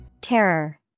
Terror